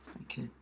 Okay